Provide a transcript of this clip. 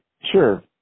Sure